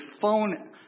phone